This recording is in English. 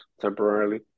temporarily